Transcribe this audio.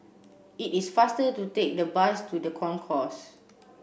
it is faster to take the bus to the Concourse